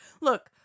look